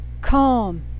calm